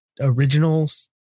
originals